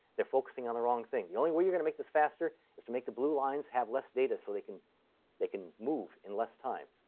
they're focusing on the wrong thing. the only way you're going to make this faster is to make the blue lines have less data so they can they can move in less time.